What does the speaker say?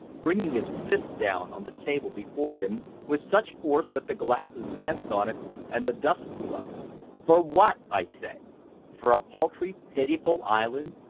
bringing his fist down on the table before him with such force that the glasses danced on it and the dust flew up for what? i say for a paltry, pitiful island,